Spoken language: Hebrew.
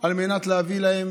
על מנת להביא להם